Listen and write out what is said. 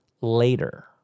later